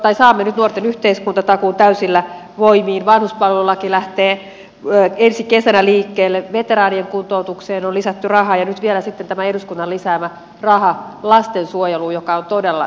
saamme nyt nuorten yhteiskuntatakuun täysillä voimaan vanhuspalvelulaki lähtee ensi kesänä liikkeelle veteraanien kuntoutuk seen on lisätty rahaa ja nyt vielä tämä eduskunnan lisäämä raha lastensuojeluun joka on todella tarpeellinen